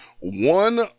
One